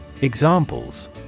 Examples